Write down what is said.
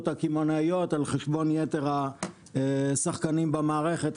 הקמעונאיות על חשבון יתר השחקנים במערכת,